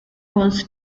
was